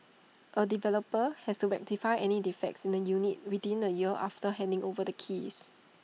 A developer has to rectify any defects in the units within A year after handing over the keys